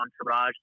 entourage